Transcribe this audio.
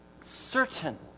certain